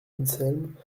anselme